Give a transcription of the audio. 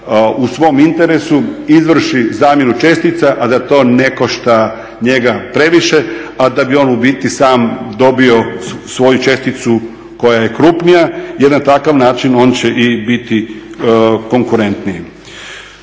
u svom interesu izvrši zamjenu čestica, a da to ne košta njega previše, a da bi on sam dobio svoju česticu koja je krupnija jer i na takav način on će biti konkurentniji.